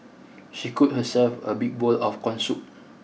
she scooped herself a big bowl of corn soup